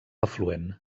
afluent